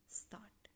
start